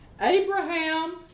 Abraham